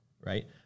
right